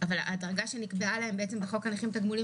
אבל הדרגה שנקבעה להם בחוק הנכים (תגמולים